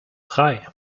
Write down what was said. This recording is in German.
drei